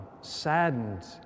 saddened